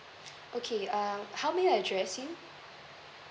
okay uh how may I address you